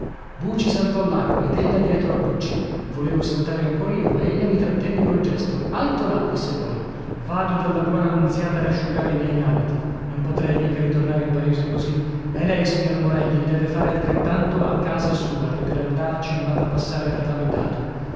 buci saltò l'acqua ed ella dietro a buci volevo saltare ancor io ma ella mi trattenne col gesto alto là disse poi vado dalla buona nunziata a rasciugare i miei abiti non potrei mica ritornare in paese così e lei signor morelli deve fare altrettanto a casa sua che per andarci non ha da passare per